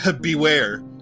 Beware